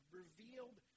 revealed